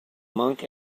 monk